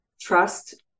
trust